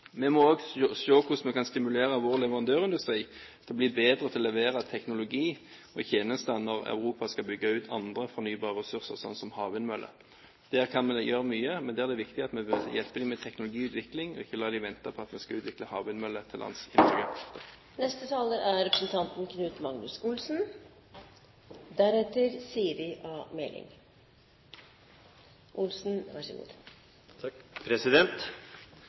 vi også bygge ut mer produksjonskapasitet på hjemmebane. Vi må også se på hvordan vi kan stimulere vår leverandørindustri til å bli bedre til å levere teknologi og tjenester når Europa skal bygge ut andre fornybare ressurser, slik som havvindmøller. Der kan vi gjøre mye, men da er det viktig at vi hjelper dem med teknologiutvikling og ikke lar dem vente på at vi skal utvikle havvindmøller til … Statsråden har gitt en grundig og god